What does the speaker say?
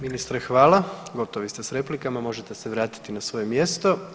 Ministre hvala, gotovi ste s replikama, možete se vratiti na svoje mjesto.